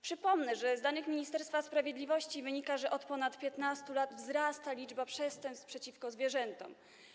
Przypomnę, że z danych Ministerstwa Sprawiedliwości wynika, iż od ponad 15 lat wzrasta liczba przestępstw przeciwko zwierzętom.